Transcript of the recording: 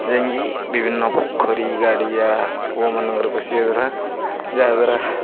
ଯାଇକି ବିଭିନ୍ନ ପୋଖରୀ ଗାଡ଼ିଆ କୂଅ ମାନଙ୍କରେ ପଶିବା ଦ୍ୱାରା ଯାହାଦ୍ୱାରା